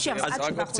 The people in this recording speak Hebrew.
זה מאפשר עד שבעה חודשים.